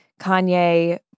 Kanye